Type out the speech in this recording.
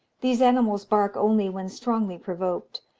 these animals bark only when strongly provoked.